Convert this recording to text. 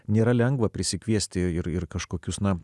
nėra lengva prisikviesti ir ir kažkokius na